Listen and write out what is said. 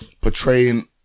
portraying